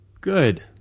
Good